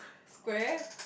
square